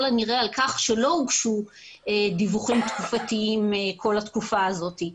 הנראה על כך שלא הוגשו דיווחים תקופתיים במשך כל התקופה הזאת.